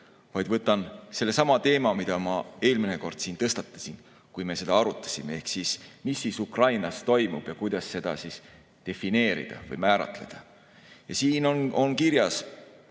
vaid võtan sellesama teema, mille ma eelmine kord siin tõstatasin, kui me seda arutasime. Ehk mis Ukrainas toimub ja kuidas seda defineerida või määratleda? Siin seaduse